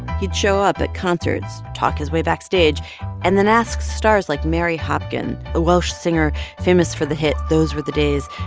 he'd show up at concerts, talk his way backstage and then ask stars like mary hopkin, a welsh singer famous for the hit those were the days,